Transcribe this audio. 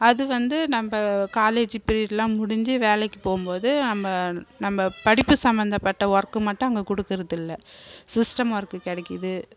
அது வந்து நம்ம காலேஜ் பீரியடுலாம் முடிஞ்சு வேலைக்கு போகும்போது நம்ம நம்ம படிப்பு சம்மந்தப்பட்ட ஒர்க் மட்டும் அங்கே கொடுக்குறதில்ல சிஸ்டம் ஒர்க் கிடைக்குது